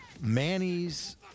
Manny's